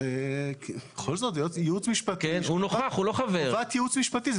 בכל זאת, חובת ייעוץ משפטי.